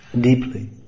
deeply